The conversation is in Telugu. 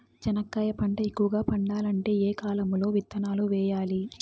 చెనక్కాయ పంట ఎక్కువగా పండాలంటే ఏ కాలము లో విత్తనాలు వేయాలి?